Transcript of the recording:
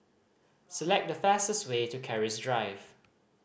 select the fastest way to Keris Drive